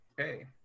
Okay